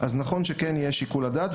נכון שיהיה שיקול דעת.